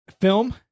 film